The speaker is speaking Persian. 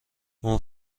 اون